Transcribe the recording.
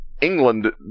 England